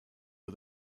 for